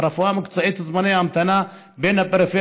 בפריפריה לעומת המרכז,